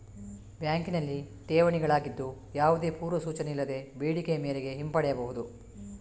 ಬ್ಯಾಂಕಿನಲ್ಲಿ ಠೇವಣಿಗಳಾಗಿದ್ದು, ಯಾವುದೇ ಪೂರ್ವ ಸೂಚನೆ ಇಲ್ಲದೆ ಬೇಡಿಕೆಯ ಮೇರೆಗೆ ಹಿಂಪಡೆಯಬಹುದು